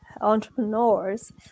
entrepreneurs